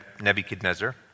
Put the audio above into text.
Nebuchadnezzar